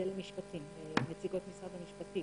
זה לנציגות משרד המשפטים.